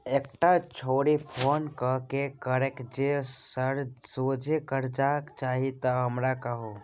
एकटा छौड़ी फोन क कए कहलकै जे सर सोझे करजा चाही त हमरा कहु